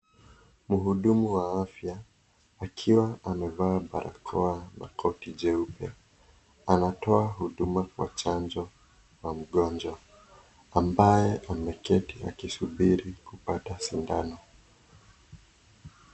Mhudumu wa afya akiwa amevaa barakoa na koti jeupe anatoa huduma kwa chanjo kwa mgonjwa ambaye ameketi akisubiri kupata sindano.